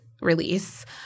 release